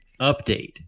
update